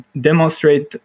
demonstrate